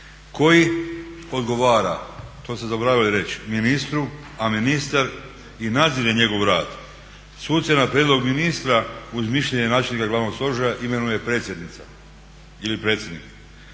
koji odgovara, to ste zaboravili reći, ministru a ministar i nadzire njegov rad. Suce na prijedlog ministra uz mišljenje načelnika Glavnog stožera imenuje predsjednica ili predsjednik.